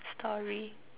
story